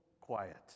quiet